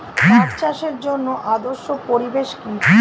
পাট চাষের জন্য আদর্শ পরিবেশ কি?